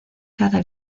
cada